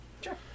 sure